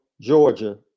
Georgia